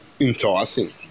enticing